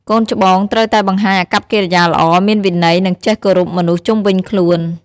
កូនច្បងត្រូវតែបង្ហាញអាកប្បកិរិយាល្អ មានវិន័យ និងចេះគោរពមនុស្សជុំវិញខ្លួន។